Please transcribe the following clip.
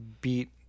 beat